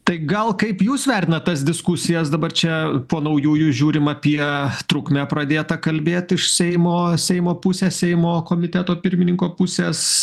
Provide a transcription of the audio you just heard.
tai gal kaip jūs vertinat tas diskusijas dabar čia po naujųjų žiūrim apie trukmę pradėta kalbėt iš seimo seimo pusės seimo komiteto pirmininko pusės